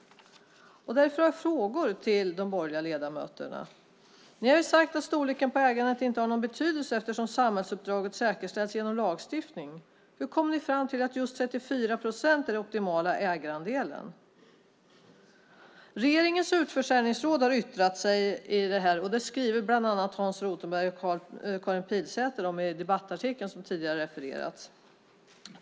Därför har jag frågor till de borgerliga ledamöterna. Ni har ju sagt att storleken på ägandet inte har någon betydelse eftersom samhällsuppdraget säkerställs genom lagstiftning. Hur kom ni fram till att just 34 procent är den optimala ägarandelen? Regeringens utförsäljningsråd har yttrat sig i den här frågan. Det skriver bland andra Hans Rothenberg och Karin Pilsäter om i den debattartikel som refererades tidigare.